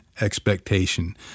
expectation